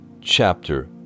chapter